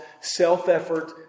self-effort